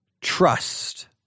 trust